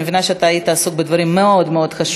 אני מבינה שאתה היית עסוק בדברים חשובים מאוד מאוד,